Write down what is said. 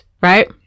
Right